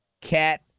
cat